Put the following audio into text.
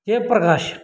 जयप्रकाशः